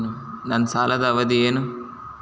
ನನ್ನ ಸಾಲದ ಅವಧಿ ಏನು?